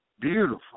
beautiful